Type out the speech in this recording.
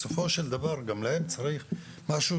הרי בסופו של דבר גם להם צריך משהו,